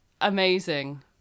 amazing